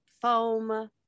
foam